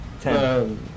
Ten